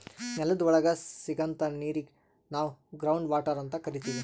ನೆಲದ್ ಒಳಗ್ ಸಿಗಂಥಾ ನೀರಿಗ್ ನಾವ್ ಗ್ರೌಂಡ್ ವಾಟರ್ ಅಂತ್ ಕರಿತೀವ್